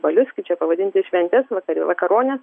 balius kaip čia pavadinti šventės vakar vakaronę